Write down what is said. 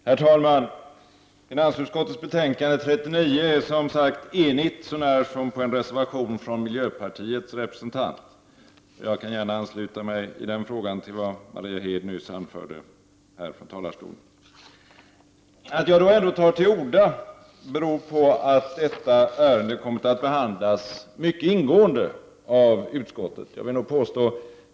Herr talman! Finansutskottets betänkande 39 är som sagt enhälligt så när som på en reservation från miljöpartiets representant. Jag ansluter mig där till vad Maria Hed nyss anförde från talarstolen. Att jag ändå tar till orda beror på att detta ärende kommit att behandlas mycket ingående av utskottet.